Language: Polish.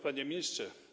Panie Ministrze!